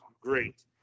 great